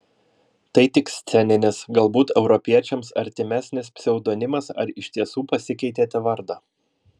tai tik sceninis galbūt europiečiams artimesnis pseudonimas ar iš tiesų pasikeitėte vardą